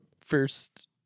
first